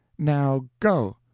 now go!